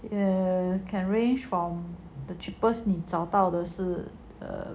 you can range from the cheapest 你找到的是